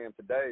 today